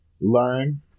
learn